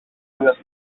novios